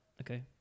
Okay